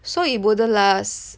so it wouldn't last